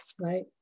right